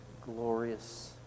glorious